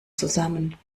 zusammen